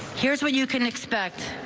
here's what you can expect.